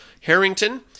Harrington